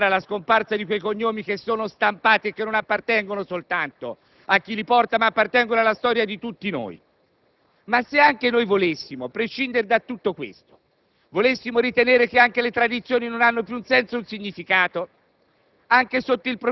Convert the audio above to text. possano portare alla scomparsa di quei cognomi che sono stampati e che non appartengono soltanto a chi li porta ma alla storia di tutti noi. Se anche volessimo prescindere da tutto questo e volessimo ritenere che le tradizioni non hanno più un senso e un significato,